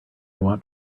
want